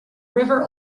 river